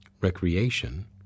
Recreation